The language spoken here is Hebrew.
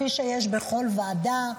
כפי שיש בכל ועדה,